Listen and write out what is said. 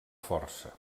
força